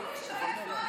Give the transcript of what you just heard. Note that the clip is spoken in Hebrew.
תפסיקו להשתמש ב"מה